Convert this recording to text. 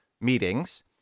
meetings